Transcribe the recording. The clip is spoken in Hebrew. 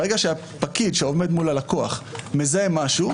ברגע שהפקיד שעומד מול הלקוח מזהה משהו,